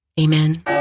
Amen